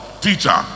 teacher